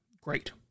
Great